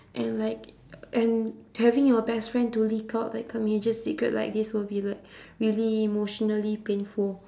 and like and having your best friend to leak out like a major secret like this will be like really emotionally painful